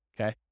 okay